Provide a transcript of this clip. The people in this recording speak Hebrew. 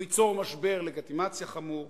הוא ייצור משבר לגיטימציה חמור,